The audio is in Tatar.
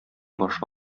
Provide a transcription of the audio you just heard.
башы